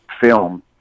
Film